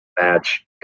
match